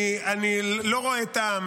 אני לא רואה טעם.